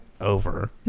over